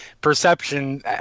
perception